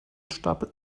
stapel